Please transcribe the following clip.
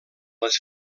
les